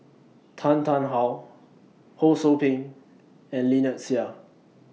Tan Tarn How Ho SOU Ping and Lynnette Seah